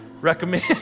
recommend